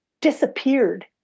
disappeared